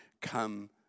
come